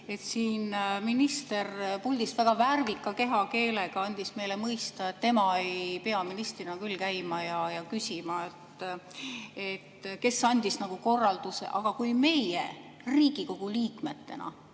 andis meile puldis väga värvika kehakeelega andis mõista, et tema ei pea ministrina küll käima ja küsima, kes andis [mingi] korralduse. Aga kui meie Riigikogu liikmetena